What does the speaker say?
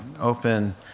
open